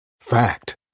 Fact